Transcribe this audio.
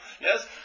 Yes